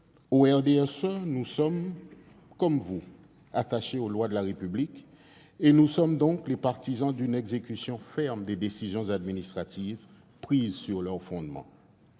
du RDSE, nous sommes comme vous attachés aux lois de la République, et nous sommes donc les partisans d'une exécution ferme des décisions administratives prises sur leur fondement.